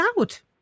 out